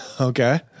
Okay